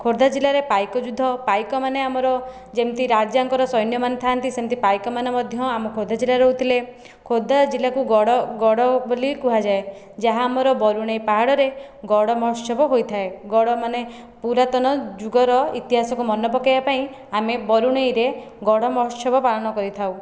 ଖୋର୍ଦ୍ଧା ଜିଲ୍ଲାରେ ପାଇକ ଯୁଦ୍ଧ ପାଇକମାନେ ଆମର ଯେମିତି ରାଜାଙ୍କର ସୈନ୍ୟମାନେ ଥାନ୍ତି ସେମିତି ପାଇକମାନେ ମଧ୍ୟ ଆମ ଖୋର୍ଦ୍ଧା ଜିଲ୍ଲାରେ ରହୁଥିଲେ ଖୋର୍ଦ୍ଧା ଜିଲ୍ଲାକୁ ଗଡ଼ ଗଡ଼ ବୋଲି କୁହାଯାଏ ଯାହା ଆମର ବରୁଣେଇ ପାହାଡ଼ରେ ଗଡ଼ ମହୋତ୍ସବ ହୋଇଥାଏ ଗଡ଼ ମାନେ ପୁରାତନ ଯୁଗର ଇତିହାସକୁ ମନେ ପକାଇବା ପାଇଁ ଆମେ ବରୁଣେଇରେ ଗଡ଼ ମହୋତ୍ସବ ପାଳନ କରିଥାଉ